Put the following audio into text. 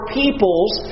peoples